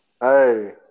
Hey